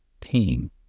team